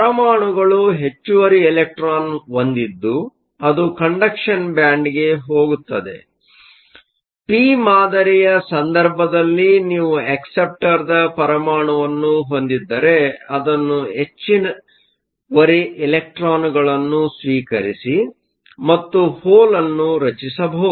ಪರಮಾಣುಗಳು ಹೆಚ್ಚುವರಿ ಎಲೆಕ್ಟ್ರಾನ್ ಹೊಂದಿದ್ದು ಅದು ಕಂಡಕ್ಷನ್ ಬ್ಯಾಂಡ್ಗೆಗೆ ಹೋಗುತ್ತದೆ ಪಿ ಮಾದರಿಯ ಸಂದರ್ಭದಲ್ಲಿ ನೀವು ಅಕ್ಸೆಪ್ಟರ್ ಪರಮಾಣುವನ್ನು ಹೊಂದಿದ್ದರೆ ಅದನ್ನು ಹೆಚ್ಚುವರಿ ಎಲೆಕ್ಟ್ರಾನ್ಗಳನ್ನು ಸ್ವೀಕರಿಸಿ ಮತ್ತು ಹೋಲ್ ಅನ್ನು ರಚಿಸಬಹುದು